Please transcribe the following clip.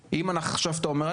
עכשיו אתה אומר,